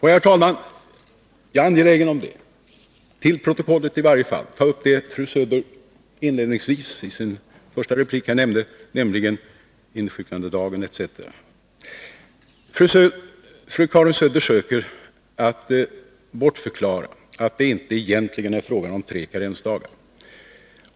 Herr talman! Jag är angelägen om —i varje fall för protokollets skull — att ta upp det som fru Söder nämnde inledningsvis i sin första replik. Det gäller frågan om insjuknandedagen. Fru Karin Söder försöker att bortförklara att det egentligen inte är fråga om tre karendagar.